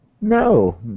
no